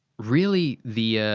really, the